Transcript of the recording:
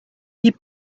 hip